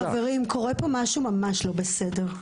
חברים, קורה פה משהו ממש לא בסדר.